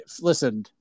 listen –